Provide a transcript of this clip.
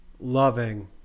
loving